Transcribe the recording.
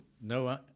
no